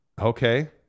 Okay